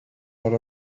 lot